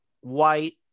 White